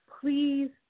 please